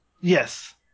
Yes